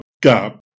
gap